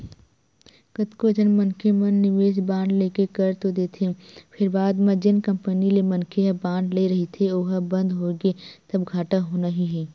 कतको झन मनखे मन निवेस बांड लेके कर तो देथे फेर बाद म जेन कंपनी ले मनखे ह बांड ले रहिथे ओहा बंद होगे तब घाटा होना ही हे